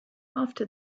after